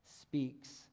speaks